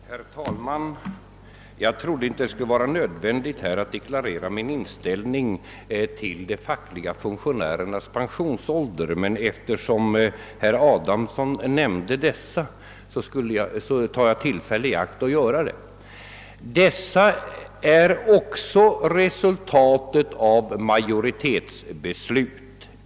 Herr talman! Jag trodde inte att det skulle vara nödvändigt att här deklarera min inställning till de fackliga funktionärernas pensionsålder, men eftersom herr Adamsson nämnde detta, skulle jag vilja ta tillfället i akt för att göra det. Dessa är också resultatet av majoritetsbeslut.